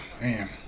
man